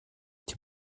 dem